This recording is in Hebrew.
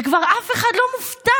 וכבר אף אחד לא מופתע,